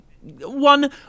one